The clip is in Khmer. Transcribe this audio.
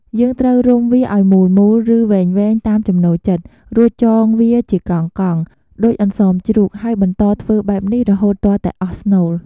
យើងត្រូវរុំវាឱ្យមូលៗ ឬវែងៗតាមចំណូលចិត្ត រួចចងវាជាកង់ៗ ដូចអន្សមជ្រូក ហើយបន្តធ្វើបែបនេះរហូតទាល់តែអស់ស្នូល។